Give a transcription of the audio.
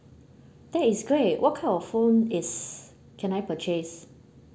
that is great what kind of phone is can I purchase